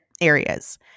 areas